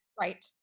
Right